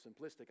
simplistic